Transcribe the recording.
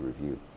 review